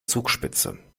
zugspitze